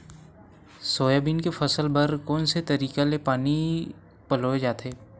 Soybean के फसल बर कोन से तरीका ले पानी पलोय जाथे?